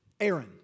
Aaron